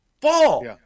Fall